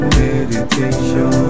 meditation